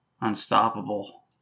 Unstoppable